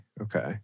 Okay